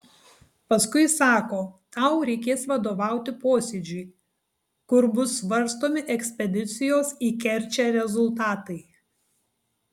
paskui sako tau reikės vadovauti posėdžiui kur bus svarstomi ekspedicijos į kerčę rezultatai